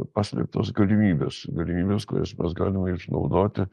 paslėptos galimybės galimybės kurias mes galime išnaudoti